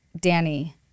Danny